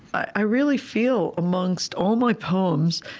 i really feel, amongst all my poems,